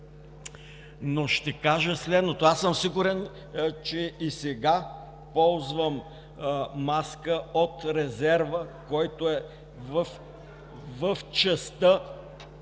но ще кажа следното: сигурен съм, че и сега ползвам маска от резерва, който е в частта,